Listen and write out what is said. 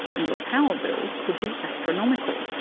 and your power bills could be astronomical.